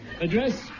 Address